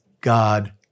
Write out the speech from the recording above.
God